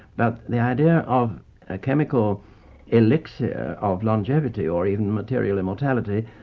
but the idea of a chemical elixir of longevity, or even material immortality,